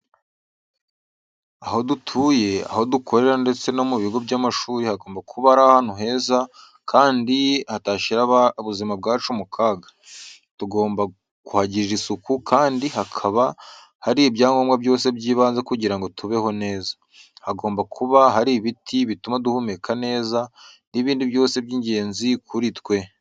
Aho dutuye, aho dukorera ndetse no mu bigo by'amashuri hagomba kuba ari ahantu heza kandi hatashyira ubuzima bwacu mu kaga. Tugomba kuhagirira isuku kandi hakaba hari ibyangombwa byose by'ibanze kugira ngo tubeho neza. Hagomba kuba hari ibiti bituma duhumeka neza n'ibindi byose by'ingenzi kuri twe.